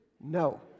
No